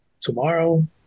tomorrow